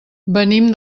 venim